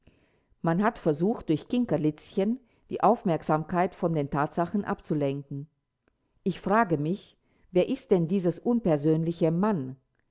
man hat versucht durch kinkerlitzchen die aufmerksamkeit von den tatsachen abzulenken ich frage mich wer ist denn dieses unpersönliche man